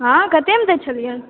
हँ कतेकमे दै छेलिए